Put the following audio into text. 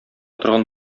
торган